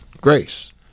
Grace